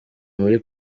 muri